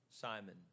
Simon